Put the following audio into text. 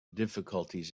difficulties